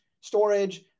storage